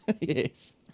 Yes